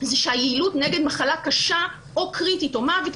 הן שהיעילות נגד מחלה קשה או קריטית או מוות,